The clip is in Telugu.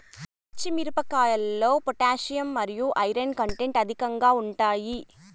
పచ్చి మిరపకాయల్లో పొటాషియం మరియు ఐరన్ కంటెంట్ అధికంగా ఉంటాయి